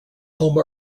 home